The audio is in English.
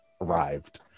arrived